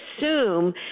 assume